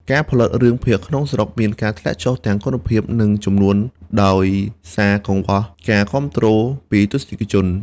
ការផលិតរឿងភាគក្នុងស្រុកមានការធ្លាក់ចុះទាំងគុណភាពនិងចំនួនដោយសារកង្វះការគាំទ្រពីទស្សនិកជន។